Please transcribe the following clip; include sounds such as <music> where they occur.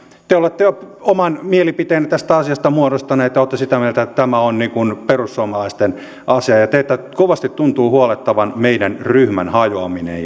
te olette jo oman mielipiteenne tästä asiasta muodostaneet ja olette sitä mieltä että tämä on niin kuin perussuomalaisten asia ja teitä kovasti tuntuu huolettavan meidän ryhmämme hajoaminen <unintelligible>